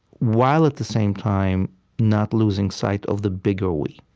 while at the same time not losing sight of the bigger we,